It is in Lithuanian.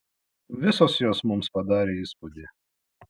visos jos mums padarė įspūdį